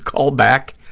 call back,